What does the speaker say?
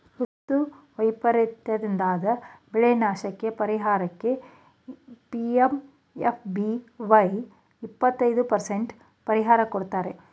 ಋತು ವೈಪರೀತದಿಂದಾದ ಬೆಳೆನಾಶಕ್ಕೇ ಪರಿಹಾರಕ್ಕೆ ಪಿ.ಎಂ.ಎಫ್.ಬಿ.ವೈ ಇಪ್ಪತೈದು ಪರಸೆಂಟ್ ಪರಿಹಾರ ಕೊಡ್ತಾರೆ